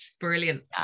Brilliant